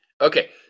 Okay